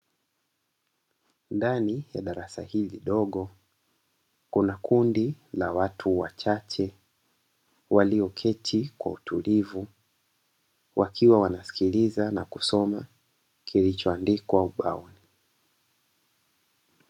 Ndani ya darasa hili dogo kuna kundi la watu wachache walioketi kwa utulivu wakiwa wanasikiliza na kusoma kilichoandikwa ubaoni.